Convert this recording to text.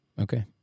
Okay